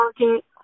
market